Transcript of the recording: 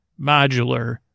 modular